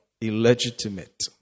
illegitimate